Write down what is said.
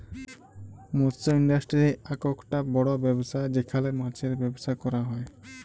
মৎস ইন্ডাস্ট্রি আককটা বড় ব্যবসা যেখালে মাছের ব্যবসা ক্যরা হ্যয়